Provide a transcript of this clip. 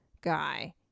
guy